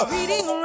Reading